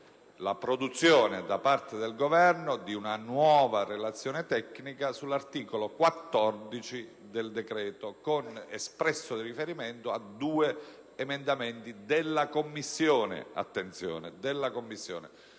la produzione da parte del Governo di una nuova relazione tecnica sull'articolo 14 del decreto-legge, con espresso riferimento a due emendamenti della Commissione: